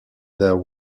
there